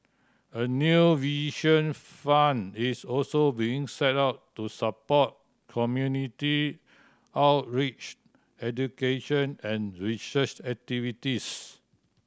a new Vision Fund is also being set up to support community outreach education and research activities